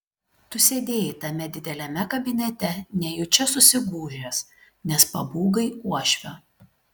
tu sėdėjai tame dideliame kabinete nejučia susigūžęs nes pabūgai uošvio